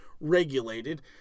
regulated